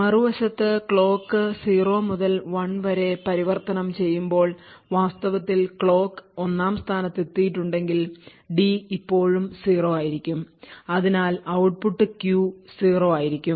മറുവശത്ത് ക്ലോക്ക് 0 മുതൽ 1 വരെ പരിവർത്തനം ചെയ്യുമ്പോൾ വാസ്തവത്തിൽ ക്ലോക്ക് ഒന്നാം സ്ഥാനത്തെത്തിയിട്ടുണ്ടെങ്കിൽ ഡി ഇപ്പോഴും 0 ആയിരിക്കും അതിനാൽ ഔട്ട്പുട്ട് Q 0 ആയിരിക്കും